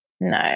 no